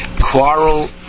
quarrel